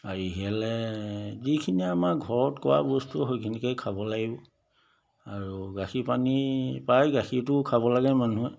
আৰু ইহেলে যিখিনি আমাৰ ঘৰত কৰা বস্তু সেইখিনিকে খাব লাগিব আৰু গাখীৰপানী প্ৰায় গাখীৰটো খাব লাগে মানুহে